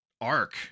arc